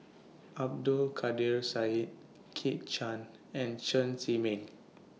Abdul Kadir Syed Kit Chan and Chen Zhiming